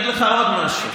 נקרא